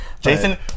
Jason